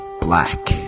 black